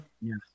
Yes